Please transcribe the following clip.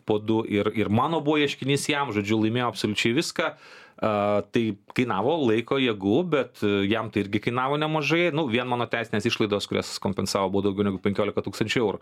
po du ir ir mano buvo ieškinys jam žodžiu laimėjau absoliučiai viską a tai kainavo laiko jėgų bet jam tai irgi kainavo nemažai vien mano teisinės išlaidos kurias jis kompensavo buvo daugiau negu penkiolika tūkstančių eurų